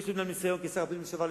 יש לי גם ניסיון כשר הפנים לשעבר,